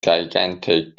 gigantic